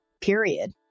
period